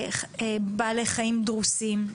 בעלי חיים דרוסים,